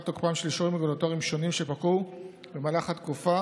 תוקפם של אישורים רגולטוריים שונים שפקעו במהלך התקופה